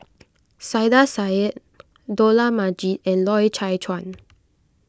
Saiedah Said Dollah Majid and Loy Chye Chuan